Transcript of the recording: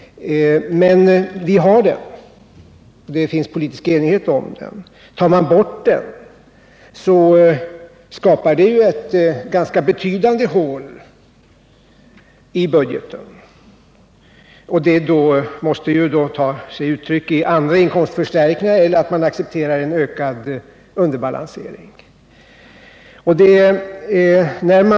Men vi har infört annonsskatten, och det finns politisk enighet om den. Tar man bort annonsskatten skapas det ju ett ganska betydande hål i budgeten, vilket måste medföra behov av andra inkomstförstärkningar eller ett accepterande av en ökning av underbalanseringen.